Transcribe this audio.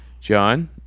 John